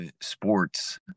sports